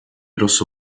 rosso